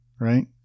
right